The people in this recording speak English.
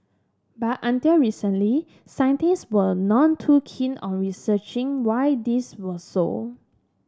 but until recently scientist were none too keen on researching why this was so